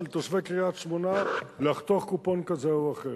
תושבי קריית-שמונה לחתוך קופון כזה או אחר.